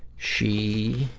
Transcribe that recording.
she,